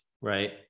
right